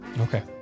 Okay